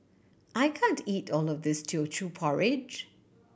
I can't eat all of this Teochew Porridge